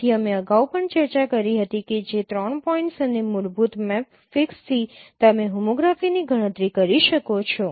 તેથી અમે અગાઉ પણ ચર્ચા કરી હતી જે ત્રણ પોઇન્ટ્સ અને મૂળભૂત મેપ ફિક્સથી તમે હોમોગ્રાફીની ગણતરી કરી શકો છો